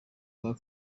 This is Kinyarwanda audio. bwa